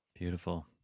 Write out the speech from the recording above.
Beautiful